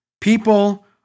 People